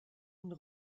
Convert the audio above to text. und